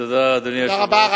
תודה רבה.